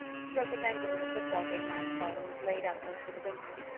he broke his ankle in a football game last fall and was laid up most of the winter.